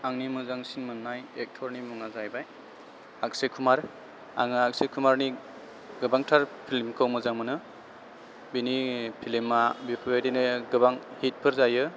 आंनि मोजांसिन मोननाय एक्टरनि मुङा जाबाय अक्षय कुमार आङो अक्षय कुमारनि गोबांथार फिल्मखौ मोजां मोनो बिनि फिल्मा बेफोरबायदि गोबां हिटफोर जायो